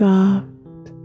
Soft